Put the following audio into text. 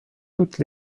toutes